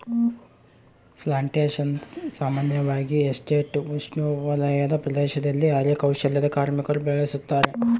plantations ಸಾಮಾನ್ಯವಾಗಿ estate ಉಪೋಷ್ಣವಲಯದ ಪ್ರದೇಶದಲ್ಲಿ ಅರೆ ಕೌಶಲ್ಯದ ಕಾರ್ಮಿಕರು ಬೆಳುಸತಾರ